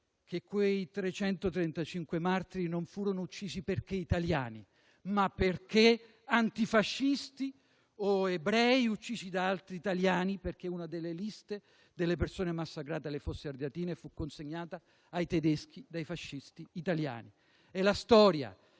che quei 335 martiri non furono uccisi perché italiani, ma perché antifascisti o ebrei, uccisi da altri italiani, perché una delle liste delle persone massacrate alle Fosse ardeatine fu consegnata ai tedeschi dai fascisti italiani. È la storia,